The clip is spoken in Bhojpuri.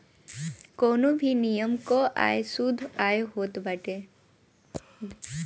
कवनो भी निगम कअ आय शुद्ध आय होत बाटे